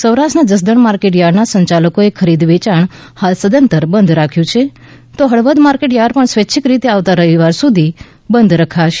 સૌરાષ્ટ્રના જસદણ માર્કેટ યાર્ડના સંચાલકોએ ખરીદ વેચાણ હાલ સદંતર બંધ રાખ્યું છે તો હળવદ માર્કેટ યાર્ડ પણ સ્વૈચ્છિક રીતે આવતા રવિવાર સુધી બંધ રખાશે